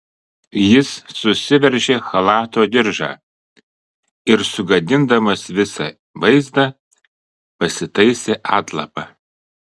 jis susiveržė chalato diržą ir sugadindamas visą vaizdą pasitaisė atlapą